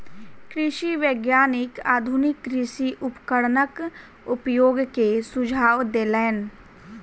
कृषि वैज्ञानिक आधुनिक कृषि उपकरणक उपयोग के सुझाव देलैन